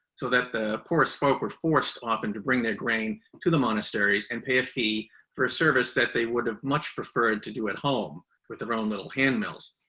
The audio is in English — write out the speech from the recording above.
so that the poorest folk were forced often to bring their grain to the monasteries and pay a fee for a service that they would have much preferred to do at home with their own little hand mills.